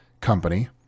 company